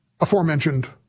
aforementioned